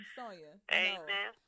amen